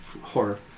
Horror